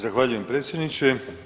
Zahvaljujem predsjedniče.